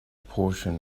portion